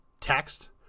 text